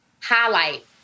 highlight